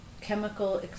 chemical